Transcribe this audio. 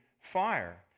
fire